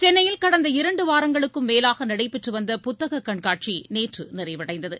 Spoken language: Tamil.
சென்னையில் கடந்த இரண்டு வாரங்களுக்கு மேலாக நடைபெற்று வந்த புத்தகக் கண்காட்சி நேற்று நிறைவடைந்தது